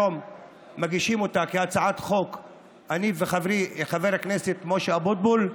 אני וחברי חבר הכנסת משה אבוטבול,